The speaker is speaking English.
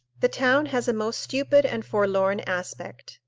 the town has a most stupid and forlorn aspect.